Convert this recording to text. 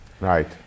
Right